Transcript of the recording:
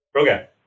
Okay